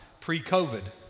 pre-COVID